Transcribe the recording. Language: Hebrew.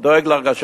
הוא דואג להרגשתנו.